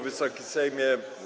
Wysoki Sejmie!